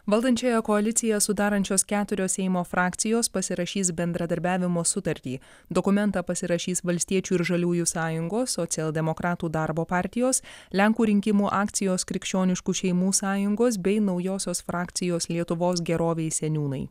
valdančiąją koaliciją sudarančios keturios seimo frakcijos pasirašys bendradarbiavimo sutartį dokumentą pasirašys valstiečių ir žaliųjų sąjungos socialdemokratų darbo partijos lenkų rinkimų akcijos krikščioniškų šeimų sąjungos bei naujosios frakcijos lietuvos gerovei seniūnai